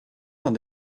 dans